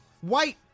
white